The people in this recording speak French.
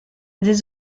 des